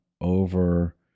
over